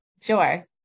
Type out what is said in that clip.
Sure